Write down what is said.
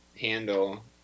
handle